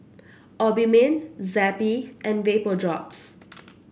Obimin Zappy and Vapodrops